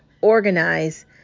organize